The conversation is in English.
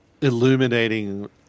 illuminating